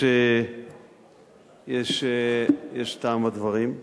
יש טעם בדברים.